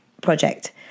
project